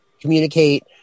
communicate